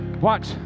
Watch